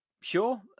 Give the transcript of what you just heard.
sure